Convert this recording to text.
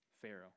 Pharaoh